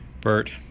Bert